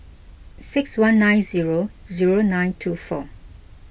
six one nine zero zero nine two four